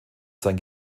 sein